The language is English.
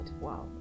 wow